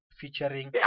featuring